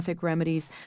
remedies